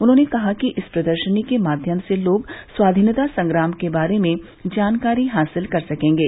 उन्होंने कहा कि इस प्रदर्शनी के माध्यम से लोग स्वाधीनता संग्राम के बारे में जानकारी हासिल कर सकेंगे